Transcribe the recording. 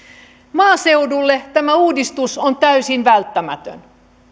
maaseudulle tämä uudistus on täysin välttämätön